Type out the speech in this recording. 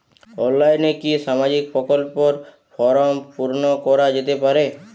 অনলাইনে কি সামাজিক প্রকল্পর ফর্ম পূর্ন করা যেতে পারে?